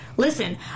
Listen